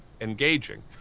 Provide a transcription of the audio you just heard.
engaging